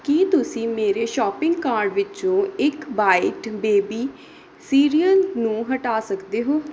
ਕੀ ਤੁਸੀਂ ਮੇਰੇ shopping cart ਵਿੱਚੋਂ ਇੱਕ ਬਾਈਟ ਬੇਬੀ ਸੀਰੀਅਲ ਨੂੰ ਹਟਾ ਸਕਦੇ ਹੋ